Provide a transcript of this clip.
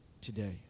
today